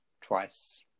twice